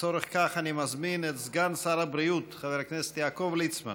לצורך זה אני מזמין את סגן שר הבריאות חבר הכנסת יעקב ליצמן